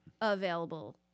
available